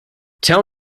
tell